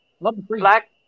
Black